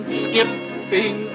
skipping